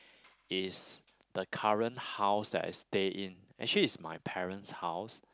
is the current house that I stay in actually it's my parent's house